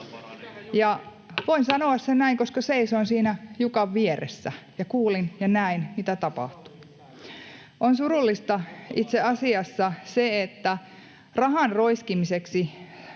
Voin sanoa sen näin, koska seisoin siinä Jukan vieressä ja kuulin ja näin, mitä tapahtui. On surullista itse asiassa se, että rahan roiskimiseksi